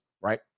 right